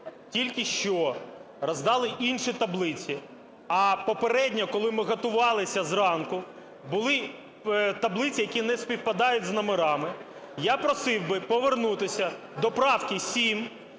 тільки що роздали інші таблиці, а попередньо, коли ми готувалися зранку, були таблиці, які не співпадають з номерами, я просив би повернутися до правки 7